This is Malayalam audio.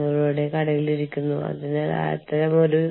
അങ്ങനെ അല്ലെങ്കിൽ ഒരുപക്ഷേ പ്രാദേശിക അവധി ദിനങ്ങൾ ഉണ്ട്